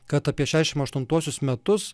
kad apie šešiasdešimt aštuntuosius metus